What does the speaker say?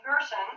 person